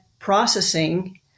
processing